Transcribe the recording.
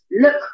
look